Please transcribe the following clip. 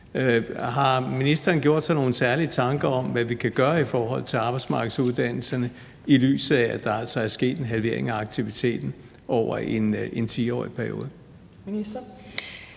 Har ministeren gjort sig nogen særlige tanker om, hvad vi kan gøre i forhold til arbejdsmarkedsuddannelserne, i lyset af at der altså er sket en halvering af aktiviteten over en 10-årig periode?